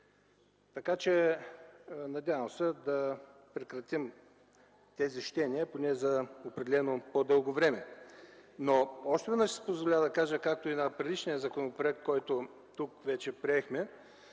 Надявам се да прекратим тези щения поне за определено по-дълго време. Още веднъж ще си позволя да кажа, както и при предишния законопроект, който тук вече приехме